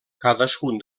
cadascun